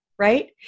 Right